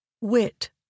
Wit